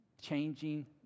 changing